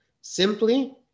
simply